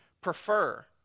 prefer